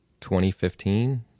2015